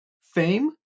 fame